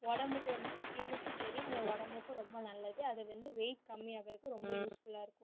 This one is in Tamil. உடம்புக்கு வந்து ஸ்கின்னுக்கும் சரி நம்ம உடம்புக்கும் ரொம்ப நல்லது அது வந்து வெயிட் கம்மியாகிறக்கு ரொம்ப யூஸ்ஃபுல்லாக இருக்கும்